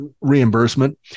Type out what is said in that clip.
reimbursement